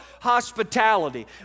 hospitality